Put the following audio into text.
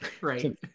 Right